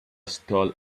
stole